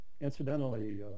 Incidentally